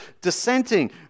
dissenting